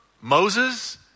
Moses